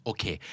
Okay